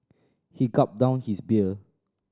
he gulped down his beer